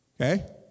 Okay